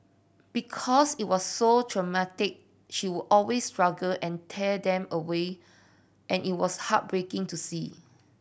because it was so traumatic she would always struggle and tear them away and it was heartbreaking to see